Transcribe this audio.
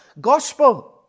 gospel